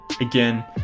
Again